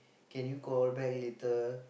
can you call back later